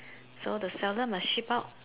so the seller must ship out